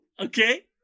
Okay